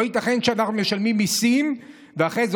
לא ייתכן שאנחנו משלמים מיסים ואחרי זה